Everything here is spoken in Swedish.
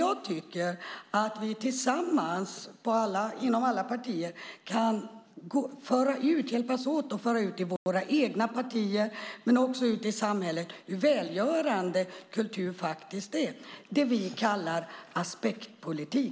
Jag tycker att vi tillsammans inom alla partier kan hjälpas åt att föra ut i våra egna partier och ute i samhället hur välgörande kultur faktiskt är, det vi kallar aspektpolitik.